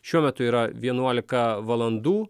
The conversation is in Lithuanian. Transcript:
šiuo metu yra vienuolika valandų